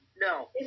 no